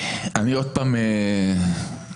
אני עוד פעם כואב